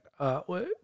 artwork